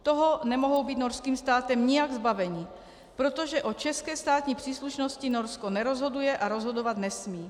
Toho nemohou být norským státem nijak zbaveni, protože o české státní příslušnosti Norsko nerozhoduje a rozhodovat nesmí.